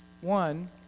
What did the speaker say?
One